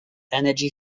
energy